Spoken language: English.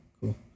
cool